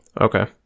Okay